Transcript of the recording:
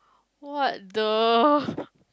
what the